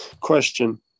question